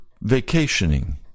vacationing